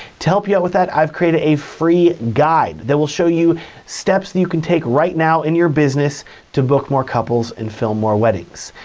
to help you out with that, i've created a free guide that will show you steps that you can take right now in your business to book more couples and fill more weddings.